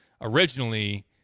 originally